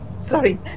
Sorry